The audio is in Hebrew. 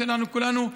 שאנחנו כולנו,